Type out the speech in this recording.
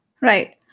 right